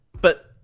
But-